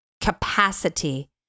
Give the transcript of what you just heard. capacity